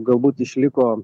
galbūt išliko